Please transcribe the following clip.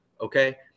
Okay